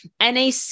NAC